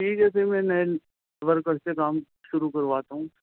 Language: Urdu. ٹھیک ہے پھر میں نئے ورکر سے کام شروع کرواتا ہوں